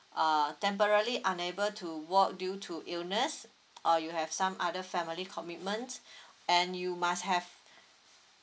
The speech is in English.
uh temporary unable to work due to illness or you have some other family commitment and you must have